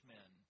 Men